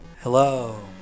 Hello